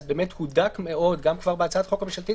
אז באמת הודק מאוד גם כבר בהצעת החוק הממשלתית